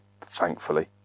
thankfully